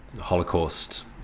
holocaust